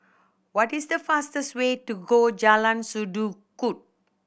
what is the fastest way to go Jalan Sendudok